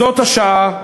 זאת השעה.